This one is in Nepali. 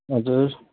हजुर